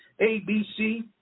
ABC